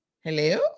Hello